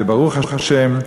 וברוך השם,